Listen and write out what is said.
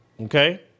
Okay